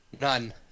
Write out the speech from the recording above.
None